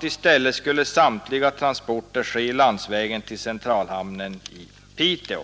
i stället skulle samtliga transporter ske landvägen till centralhamnen i Piteå.